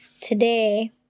today